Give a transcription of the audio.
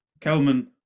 Kelman